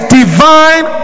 divine